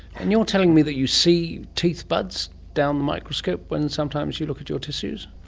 and you're telling me that you see teeth buds down the microscope when sometimes you look at your tissues?